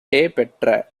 பெற்ற